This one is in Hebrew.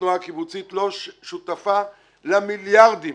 התנועה הקיבוצית לא שותפה למיליארדים